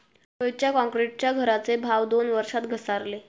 रोहितच्या क्रॉन्क्रीटच्या घराचे भाव दोन वर्षात घसारले